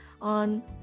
on